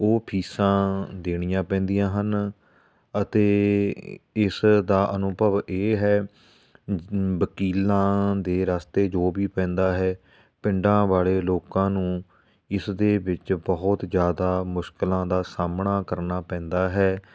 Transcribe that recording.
ਉਹ ਫੀਸਾਂ ਦੇਣੀਆਂ ਪੈਂਦੀਆਂ ਹਨ ਅਤੇ ਇਸਦਾ ਅਨੁਭਵ ਇਹ ਹੈ ਵਕੀਲਾਂ ਦੇ ਰਸਤੇ ਜੋ ਵੀ ਪੈਂਦਾ ਹੈ ਪਿੰਡਾਂ ਵਾਲੇ ਲੋਕਾਂ ਨੂੰ ਇਸਦੇ ਵਿੱਚ ਬਹੁਤ ਜ਼ਿਆਦਾ ਮੁਸ਼ਕਲਾਂ ਦਾ ਸਾਹਮਣਾ ਕਰਨਾ ਪੈਂਦਾ ਹੈ